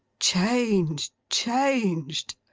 changed. changed.